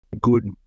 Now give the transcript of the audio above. good